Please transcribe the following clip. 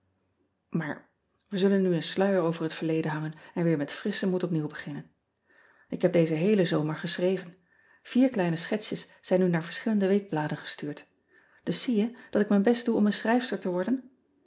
aar we zullen nu een sluier over het verleden hangen en weer met frisschen moed opnieuw beginnen k heb dezen heelen zomer geschreven ier kleine schetsjes zijn nu naar verschillende weekbladen gestuurd us zie je dat ik mijn best doe om een schrijfster te worden